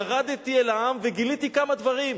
ירדתי אל העם וגיליתי כמה דברים.